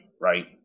right